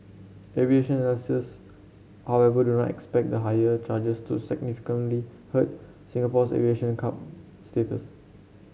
aviation analysts however do not expect the higher charges to significantly hurt Singapore's aviation cub status